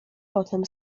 potem